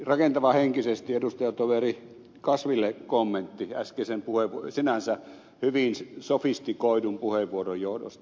rakentavahenkisesti edustajatoveri kasville kommentti äskeisen sinänsä hyvin sofistikoidun puheenvuoron johdosta